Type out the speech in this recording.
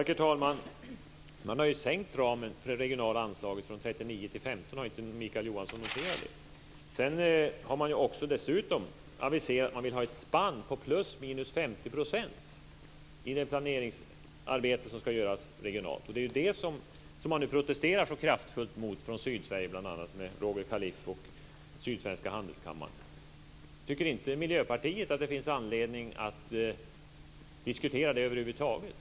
Herr talman! Man har ju sänkt ramen för det regionala anslaget från 39 till 15. Har inte Mikael Johansson noterat det?. Dessutom har man aviserat att man vill ha ett spann på ±50 % i det planeringsarbete som ska göras regionalt. Det är det som man nu protesterar så kraftfullt mot från bl.a. Sydsverige, Roger Kaliff och Sydsvenska handelskammaren. Tycker inte Miljöpartiet att det finns anledning att diskutera det över huvud taget?